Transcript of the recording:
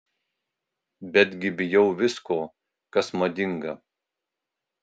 betgi bijau visko kas madinga